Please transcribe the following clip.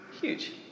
Huge